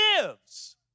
lives